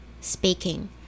speaking